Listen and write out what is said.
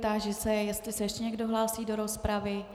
Táži se, jestli se ještě někdo hlásí do rozpravy.